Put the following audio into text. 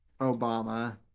obama